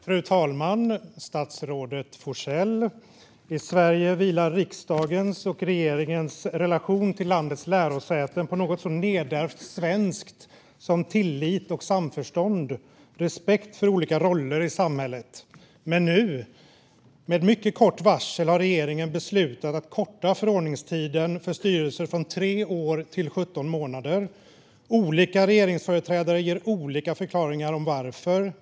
Fru talman och statsrådet Forssell! I Sverige vilar riksdagens och regeringens relation till landets lärosäten på något så nedärvt svenskt som tillit, samförstånd och respekt för olika roller i samhället. Men nu har regeringen med mycket kort varsel beslutat att korta förordningstiden för styrelser från tre år till 17 månader. Olika regeringsföreträdare ger olika förklaringar.